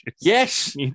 Yes